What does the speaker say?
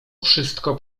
wszystko